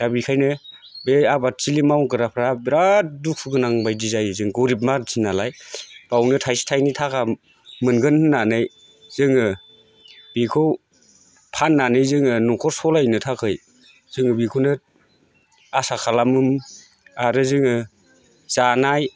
दा बिखायनो बे आबादथिलि मावग्राफ्रा बिराद दुखु गोनां बायदि जायो जों गोरिब मानसि नालाय बावनो थाइसे थाइनै थाखा मोनगोन होननानै जोङो बिखौ फाननानै जोङो न'खर सालानो थाखाय जों बेखौनो आसा खालामो आरो जोङो जानाय